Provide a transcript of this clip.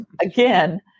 again